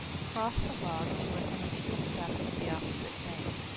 crossed the log to within a few steps of the opposite bank.